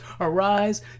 Arise